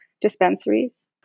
dispensaries